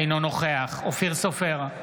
אינו נוכח אופיר סופר,